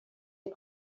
est